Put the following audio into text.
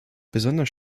besonders